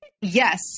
yes